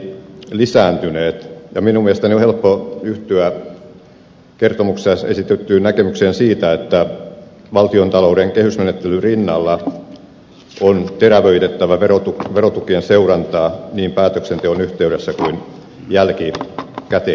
minun mielestäni on helppo yhtyä kertomuksessa esitettyyn näkemykseen siitä että valtiontalouden kehysmenettelyn rinnalla on terävöitettävä verotukien seurantaa niin päätöksenteon yhteydessä kuin jälkikäteisestikin